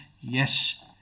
Yes